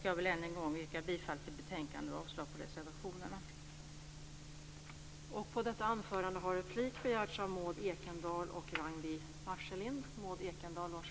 Jag vill än en gång yrka bifall till hemställan i betänkandet och avslag på reservationerna.